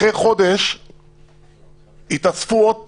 אחרי חודש התאספו עוד פעם,